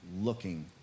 looking